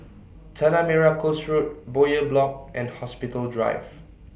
Tanah Merah Coast Road Bowyer Block and Hospital Drive